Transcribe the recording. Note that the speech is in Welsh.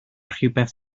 rhywbeth